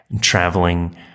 traveling